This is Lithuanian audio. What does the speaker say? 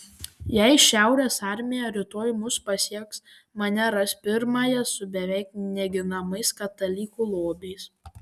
jei šiaurės armija rytoj mus pasieks mane ras pirmąją su beveik neginamais katalikų lobiais